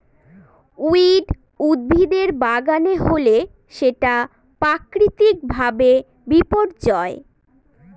weed উদ্ভিদের বাগানে হলে সেটা প্রাকৃতিক ভাবে বিপর্যয়